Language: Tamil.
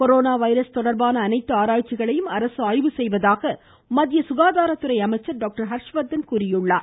கொரோனா வைரஸ் தொடா்பான அனைத்து ஆராய்ச்சிகளையும் அரசு ஆய்வு செய்வதாக மத்திய சுகாதாரத்துறை அமைச்சர் டாக்டர் ஹர்ஸவர்த்தன் கூறியிருக்கிறார்